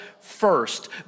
first